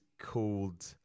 called